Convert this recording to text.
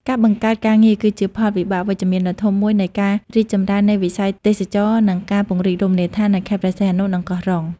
ការបង្កើតការងារ គឺជាផលវិបាកវិជ្ជមានដ៏ធំមួយនៃការរីកចម្រើននៃវិស័យទេសចរណ៍ និងការពង្រីករមណីយដ្ឋាននៅខេត្តព្រះសីហនុ និងកោះរ៉ុង។